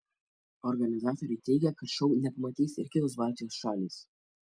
organizatoriai teigia kad šou nepamatys ir kitos baltijos šalys